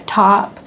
top